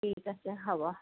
ঠিক আছে হ'ব